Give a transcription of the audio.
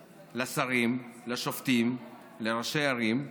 לשרים, לשופטים, לראשי ערים,